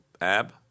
Ab